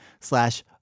slash